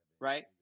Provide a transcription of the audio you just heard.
right